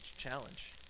challenge